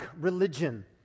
religion